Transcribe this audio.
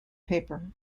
paper